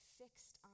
fixed